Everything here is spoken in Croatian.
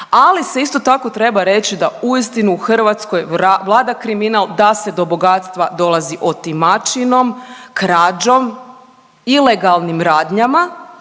ali se isto tako treba reći da uistinu u Hrvatskoj vlada kriminal, da se do bogatstva dolazi otimačinom, krađom, ilegalnim radnjama